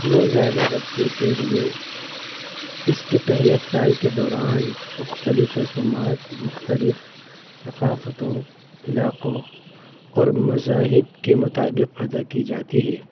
نوزائیدہ بچے کے لیے اس کے پہلے سال کے دوران مختلف رسومات مختلف ثقافتوں علاقوں اور مذاہب کے مطابق ادا کی جاتی ہے